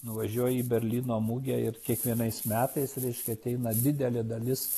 nuvažiuoji į berlyno mugę ir kiekvienais metais reiškia ateina didelė dalis